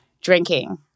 Drinking